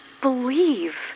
believe